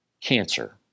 cancer